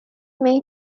may